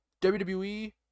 WWE